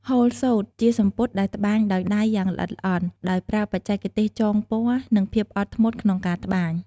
ហូលសូត្រ ជាសំពត់ដែលត្បាញដោយដៃយ៉ាងល្អិតល្អន់ ដោយប្រើបច្ចេកទេសចងពណ៌ និងភាពអត់ធ្មត់ក្នុងការត្បាញ។